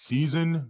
Season